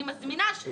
אני מזמינה את כולם,